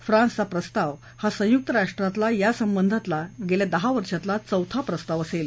फ्रान्सचा प्रस्ताव हा संयुक्त राष्ट्रातला या संबंधातला गेल्या दहा वर्षातला चौथा प्रस्ताव असेल